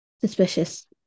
suspicious